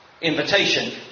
invitation